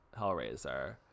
Hellraiser